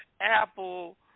Apple